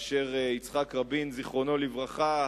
יצחק רבין זיכרונו לברכה,